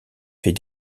fait